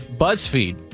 BuzzFeed